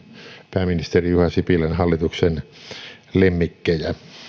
pääministeri juha sipilän hallituksen lemmikkejä